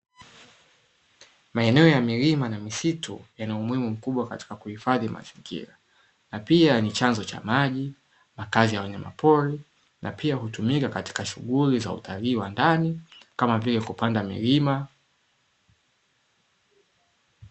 Maeneo ya milima na misitu yana umuhimu mkubwa katika kuhifadhi mazingira; na pia ni chanzo cha maji, makazi ya wanyamapori na pia hutumika katika shughuli za utalii wa ndani; kama vile kupanda milima.